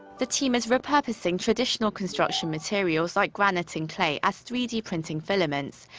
the team is repurposing traditional construction materials like granite and clay as three d printing filaments.